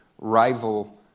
rival